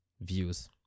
views